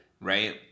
Right